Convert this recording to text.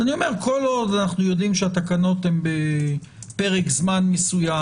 אז אני אומר שכל עוד אנחנו יודעים שהתקנות הן לפרק זמן מסוים,